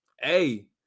Hey